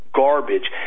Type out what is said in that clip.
garbage